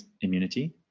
immunity